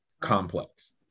complex